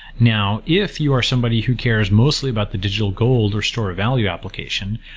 now, if you are somebody who cares mostly about the digital gold or store of value application,